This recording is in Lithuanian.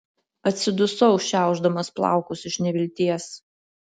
atsidusau šiaušdamas plaukus iš nevilties